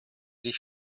sich